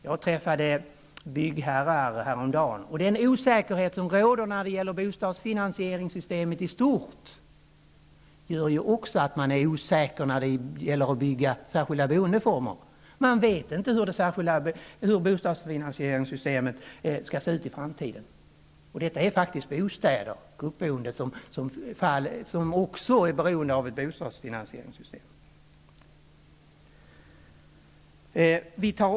Jag träffade byggherrar häromdagen, och den osäkerhet som råder när det gäller bostadsfinansieringssystemet i stort gör att man är osäker i fråga om att bygga särskilda boendeformer. Man vet inte hur bostadsfinansieringssystemet skall se ut i framtiden, och gruppboendet är också bostäder som är beroende av detta.